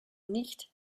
nicht